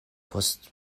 post